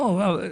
לא,